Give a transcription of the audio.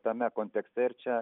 tame kontekste ir čia